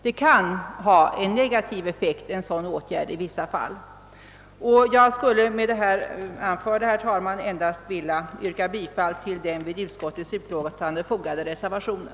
Sistnämnda åtgärd kan i vissa fall ha en negativ effekt. Jag vill med det anförda, herr talman, endast yrka bifall till den vid utskottsutlåtandet fogade reservationen.